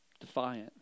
Defiant